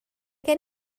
gen